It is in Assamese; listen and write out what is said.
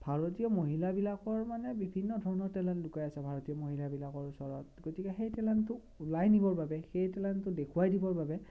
ভাৰতীয় মহিলাবিলাকৰ মানে বিভিন্নধৰণৰ টেলেণ্ট লুকাই আছে ভাৰতীয় মহিলাবোৰৰ ওচৰত গতিকে সেই টেলেণ্টটোক উলিয়াই নিবৰ বাবে সেই টেলেণ্টটোক দেখুৱাই দিবৰ বাবে